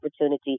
opportunity